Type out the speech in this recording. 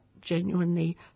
genuinely